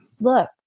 look